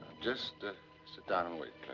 just sit down and wait,